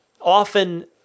often